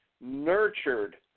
nurtured